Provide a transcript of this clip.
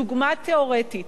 דוגמה תיאורטית: